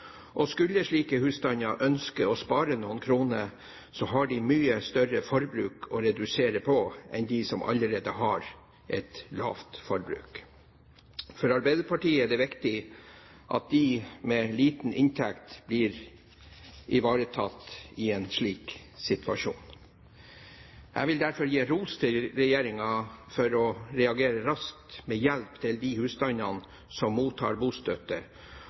og skulle slike husstander ønske å spare noen kroner, så har de mye større forbruk å redusere på enn de som allerede har et lavt forbruk. For Arbeiderpartiet er det viktig at de med liten inntekt blir ivaretatt i en slik situasjon. Jeg vil derfor gi ros til regjeringen for å reagere raskt med hjelp til de husstander som mottar bostøtte,